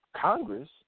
Congress